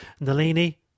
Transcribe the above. Nalini